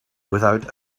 without